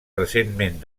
recentment